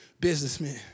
businessman